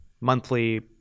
monthly